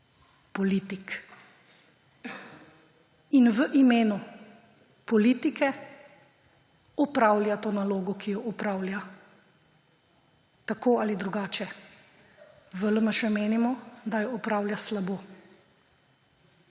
politik in v imenu politike opravlja to nalogo, ki jo opravlja tako ali drugače. V LMŠ menimo, da jo opravlja slabo.